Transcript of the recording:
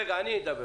מדובר